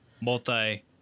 multi